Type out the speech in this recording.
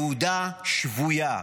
יהודה שבויה,